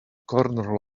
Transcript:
corner